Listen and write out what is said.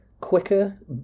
quicker